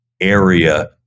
area